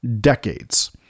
decades